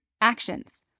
Actions